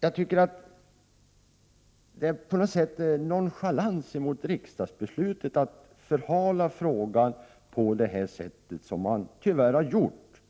Jag tycker att det på något sätt är nonchalant mot riksdagsbeslutet att förhala frågan så som man tyvärr har gjort.